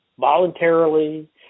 voluntarily